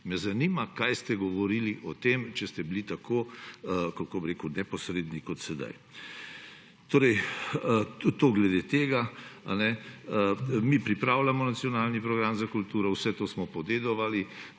Me zanima, kaj ste govorili o tem, če ste bili tako, kako bi rekel, neposredni kot sedaj. To glede tega. Mi pripravljamo nacionalni program za kulturo, vse to smo podedovali.